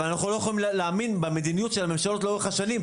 אבל אנחנו לא יכולים להאמין במדיניות של הממשלות לאורך השנים.